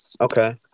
Okay